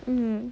mm